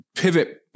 pivot